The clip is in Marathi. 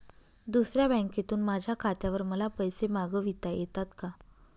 दुसऱ्या बँकेतून माझ्या खात्यावर मला पैसे मागविता येतात का?